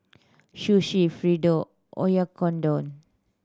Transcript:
Sushi Fritada Oyakodon